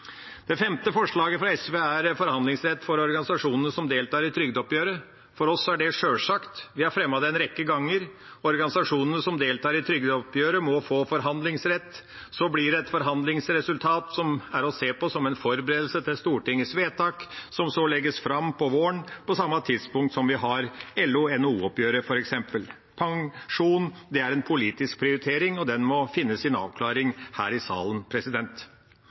Det fjerde forslaget fra SV er forhandlingsrett for organisasjonene som deltar i trygdeoppgjøret. For oss er det sjølsagt, vi har fremmet det en rekke ganger. Organisasjonene som deltar i trygdeoppgjøret, må få forhandlingsrett. Så blir det et forhandlingsresultat som er å se på som en forberedelse til Stortingets vedtak, som så legges fram på våren på samme tidspunkt som vi har LO–NHO-oppgjøret, f.eks. er pensjon en politisk prioritering, og den må finne sin avklaring her i salen.